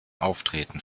auftreten